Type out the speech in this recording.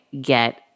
get